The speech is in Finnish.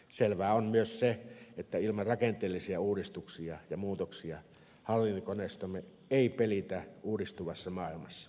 selvää on myös se että ilman rakenteellisia uudistuksia ja muutoksia hallintokoneistomme ei pelitä uudistuvassa maailmassa